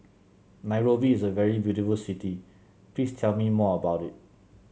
Nairobi is a very beautiful city Please tell me more about it